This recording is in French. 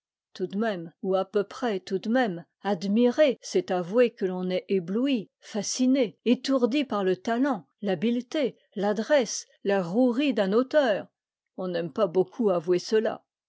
tout de même ou à peu près tout de même admirer c'est avouer que l'on est ébloui fasciné étourdi par le talent l'habileté l'adresse la rouerie d'un auteur on n'aime pas beaucoup avouer cela